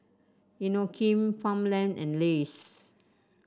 Inokim Farmland and Lays